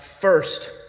first